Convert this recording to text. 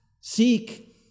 seek